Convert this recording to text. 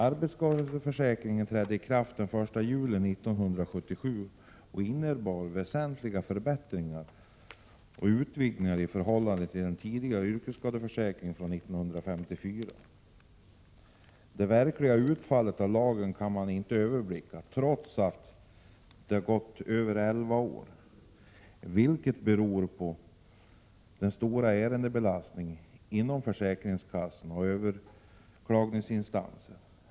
Arbetsskadeförsäkringen trädde i kraft den 1 juli 1977 och innebar väsentliga förbättringar och utvidgningar i förhållande till den tidigare yrkesskadeförsäkringslagen från 1954. Det verkliga utfallet av lagen kan man inte överblicka, trots att det gått över elva år, vilket beror på den stora ärendebelastningen inom försäkringskassorna och överklagningsinstanserna.